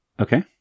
Okay